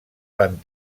van